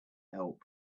help